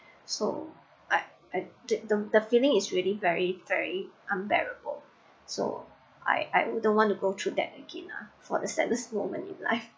so I I did them the feeling is really very very unbearable so I I wouldn't want to go through that again lah for the sadness moment in life